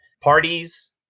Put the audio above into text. parties